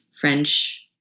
French